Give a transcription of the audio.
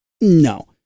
No